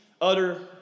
utter